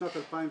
בשנת 2012,